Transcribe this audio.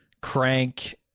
Crank